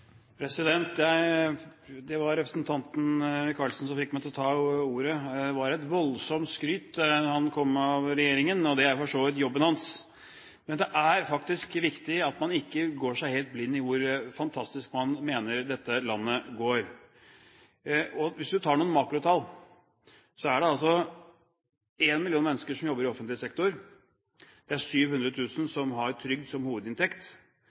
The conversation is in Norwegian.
Det var representanten Torgeir Micaelsen som fikk meg til å ta ordet. Det var et voldsomt skryt han kom med av regjeringen. Det er for så vidt jobben hans, men det er faktisk viktig at man ikke ser seg helt blind på hvor fantastisk man mener dette landet går. Hvis du tar noen makrotall, er det altså én million mennesker som jobber i offentlig sektor. Det er 700 000 mennesker som har trygd som hovedinntekt.